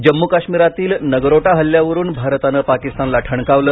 जम्मू काश्मीरातील नगरोटा हल्ल्यावरून भारतानं पाकिस्तानला ठणकावलं